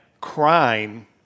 crime